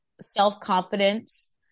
self-confidence